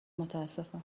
متاسفم